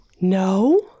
no